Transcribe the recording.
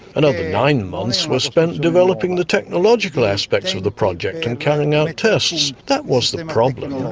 another nine months were spent developing the technological aspects of the project and carrying out tests. that was the problem,